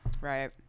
right